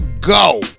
go